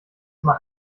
mal